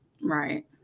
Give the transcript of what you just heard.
right